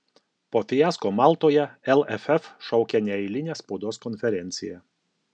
po fiasko maltoje lff šaukia neeilinę spaudos konferenciją